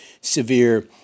severe